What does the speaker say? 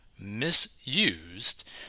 misused